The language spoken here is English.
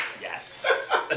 Yes